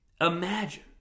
Imagine